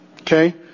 Okay